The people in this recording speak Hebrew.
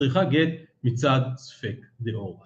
‫צריכה גט מצד ספק דאורייתא.